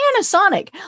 Panasonic